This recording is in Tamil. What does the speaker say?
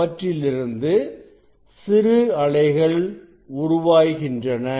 அவற்றிலிருந்து சிறு அலைகள் உருவாகின்றன